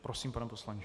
Prosím, pane poslanče.